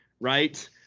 right